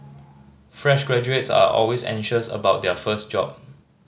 fresh graduates are always anxious about their first job